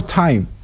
time